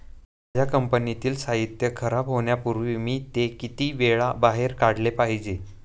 माझ्या कंपनीतील साहित्य खराब होण्यापूर्वी मी ते किती वेळा बाहेर काढले पाहिजे?